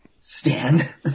stand